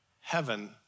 Heaven